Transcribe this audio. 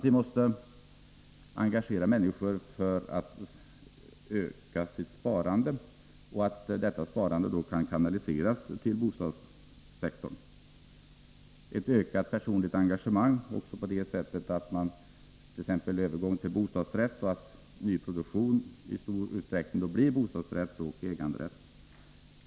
Vi måste vidare engagera människor för att öka sitt sparande, och detta sparande skall då kunna kanaliseras till bostadssektorn. Ett ökat personligt engagemang bör komma till stånd också genom övergång till bostadsrätt, och nyproduktionen skall då i stor utsträckning avse bostadsrätt och ägandrätt.